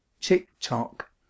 tick-tock